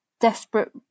desperate